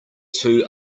two